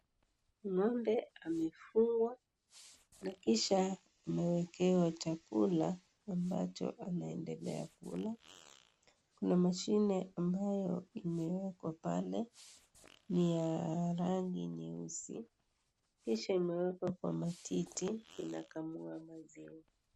Ng'ombe amefungwa na kisha amewekewa chakula ambacho anaendelea kula, kuna mashine ambayo imewekwa pale ni ya rangi nyeusi kisha imewekwa kwa matiti inakamua maziwa.